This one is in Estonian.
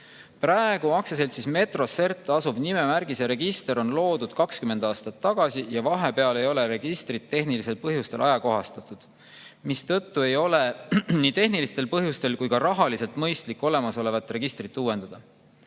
praegu aktsiaseltsis Metrosert asuv nimemärgise register on loodud 20 aastat tagasi ja vahepeal ei ole registrit tehnilistel põhjustel ajakohastatud, mistõttu ei ole ei tehnilistel põhjustel ega rahaliselt mõistlik enam olemasolevat registrit uuendada.